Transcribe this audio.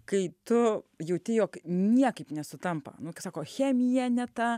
kai tu jauti jog niekaip nesutampa nu kai sako chemija ne ta